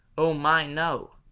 oh, my, no!